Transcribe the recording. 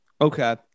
Okay